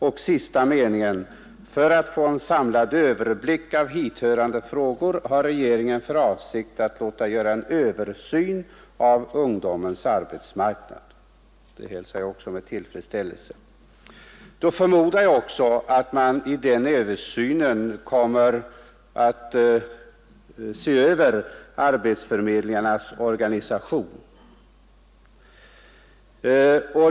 I sista meningen av svaret säger statsrådet: ”För att få en samlad överblick av hithörande frågor har regeringen för avsikt att låta göra en översyn av ungdomens arbetsmarknad.” Det hälsar jag också med tillfredsställelse. Då förmodar jag att man i den översynen också kommer att se över arbetsförmedlingarnas organisation.